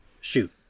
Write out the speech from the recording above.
Shoot